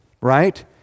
right